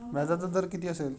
व्याजाचा दर किती असेल?